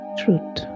truth